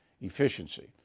efficiency